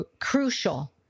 crucial